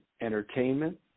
entertainment